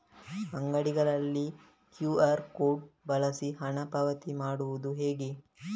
ಅಂಗಡಿಗಳಲ್ಲಿ QR code ಬಳಸಿ ಹಣ ಪಾವತಿ ಮಾಡೋದು ಹೇಗೆ?